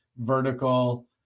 vertical